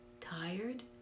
Tired